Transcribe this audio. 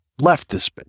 leftist